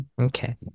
Okay